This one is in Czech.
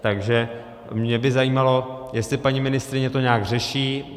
Takže mě by zajímalo, jestli paní ministryně to nějak řeší.